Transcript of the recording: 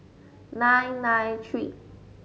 nine nine three